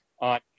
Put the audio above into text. on